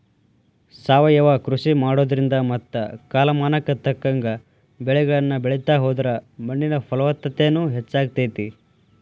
ಸಾವಯವ ಕೃಷಿ ಮಾಡೋದ್ರಿಂದ ಮತ್ತ ಕಾಲಮಾನಕ್ಕ ತಕ್ಕಂಗ ಬೆಳಿಗಳನ್ನ ಬೆಳಿತಾ ಹೋದ್ರ ಮಣ್ಣಿನ ಫಲವತ್ತತೆನು ಹೆಚ್ಚಾಗ್ತೇತಿ